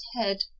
head